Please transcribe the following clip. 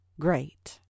Great